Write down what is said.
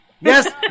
Yes